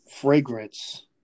fragrance